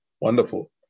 wonderful